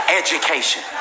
education